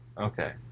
Okay